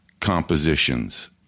compositions